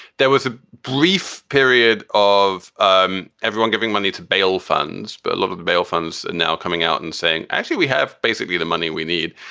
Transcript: there was a brief period of um everyone giving money to bail funds, but a lot of the bail funds are and now coming out and saying, actually, we have basically the money we need.